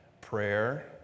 prayer